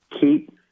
keep